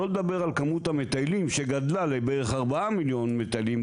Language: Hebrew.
שלא לדבר על כמות המטיילים שגדלה בערך לארבעה מיליון מטיילים,